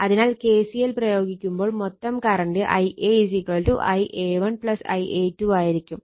അതിനാൽ KCL പ്രയോഗിക്കുമ്പോൾ മൊത്തം കറണ്ട് Ia Ia1 Ia2 ആയിരിക്കും